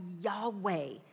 Yahweh